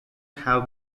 have